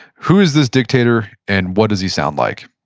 who is this dictator and what does he sound like?